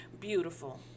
Beautiful